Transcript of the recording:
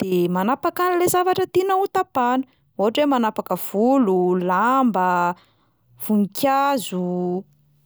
de manapaka an'le zavatra tiana ho tapahana, ohatra hoe manapaka volo, lamba, voninkazo.